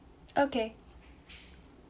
okay